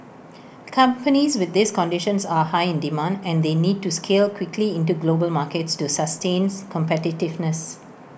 companies with these conditions are high in demand and they need to scale quickly into global markets to sustains competitiveness